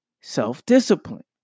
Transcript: self-discipline